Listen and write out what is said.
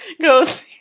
goes